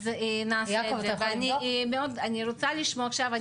אני רוצה לשמוע עכשיו,